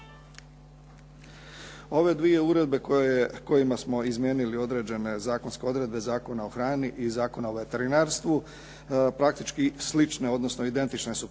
Ove dvije uredbe kojima smo izmijenili određene zakonske odredbe Zakona o hrani i Zakona o veterinarstvu praktički slične, odnosno identične su